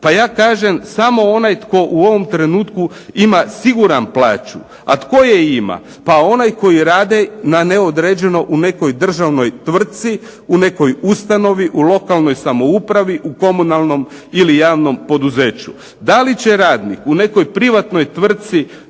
Pa ja kažem samo onaj tko u ovom trenutku ima sigurnu plaću, a tko je ima. Pa onaj koji radi na neodređeno u nekoj državnoj tvrtci, u nekoj ustanovi, u lokalnoj samoupravi, u komunalnom ili javnom poduzeću. DA li će radnik u nekoj privatnoj tvrtci